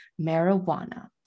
marijuana